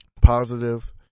positive